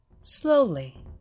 Slowly